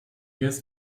jetzt